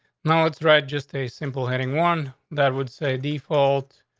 now it's right. just a simple heading, one that would say default,